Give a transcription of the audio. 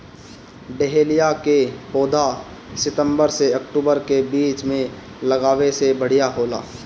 dahlia के पौधा सितंबर से अक्टूबर के बीच में लागावे से बढ़िया होला